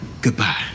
goodbye